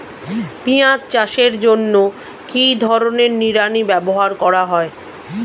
পিঁয়াজ চাষের জন্য কি ধরনের নিড়ানি ব্যবহার করা হয়?